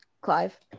Clive